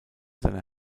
seiner